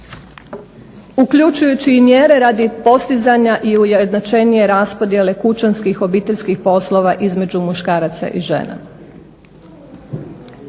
uključujući i mjere radi postizanja i ujednačenije raspodjele kućanskih obiteljskih poslova između muškaraca i žena.